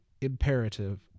imperative